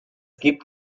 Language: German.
gibt